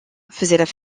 faisaient